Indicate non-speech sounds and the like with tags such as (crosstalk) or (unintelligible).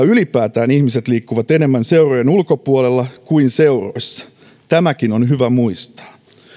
(unintelligible) ylipäätään ihmiset liikkuvat enemmän seurojen ulkopuolella kuin seuroissa tämäkin on hyvä muistaa